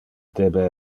debe